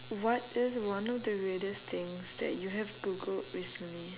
what is one of the weirdest things that you have googled recently